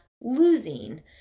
losing